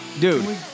dude